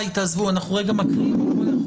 כולם.